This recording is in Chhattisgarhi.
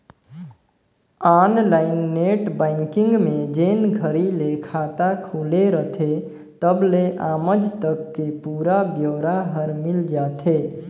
ऑनलाईन नेट बैंकिंग में जेन घरी ले खाता खुले रथे तबले आमज तक के पुरा ब्योरा हर मिल जाथे